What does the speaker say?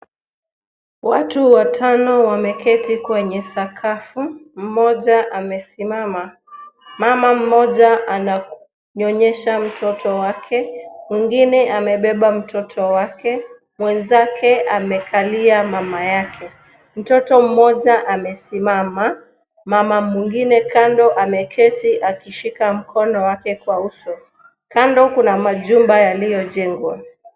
Watu watano wameketi kwenye sakafu, mmoja amesimama. Mama mmoja ananyonyesha mtoto wake, mwingine amembeba mtoto wake, mwenzake amekalia mama yake. Mtoto mmoja amesimama, mama mwingine kando ameketi akishika mkono wake kwenye uso. Kando kuna majumba yaliyojengwa.